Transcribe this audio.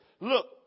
look